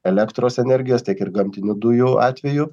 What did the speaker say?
elektros energijos tiek ir gamtinių dujų atveju